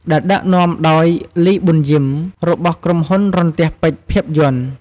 ដែលដឹកនាំដោយ លី ប៊ុនយីម របស់ក្រុមហ៊ុនរន្ទះពេជ្រភាពយន្ត ។